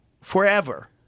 forever